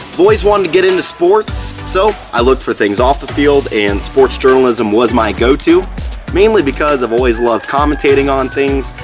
i've always wanted to get into sports, so i looked for things off the field, and sports journalism was my go-to, mainly because i've always loved commentating on things,